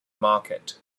market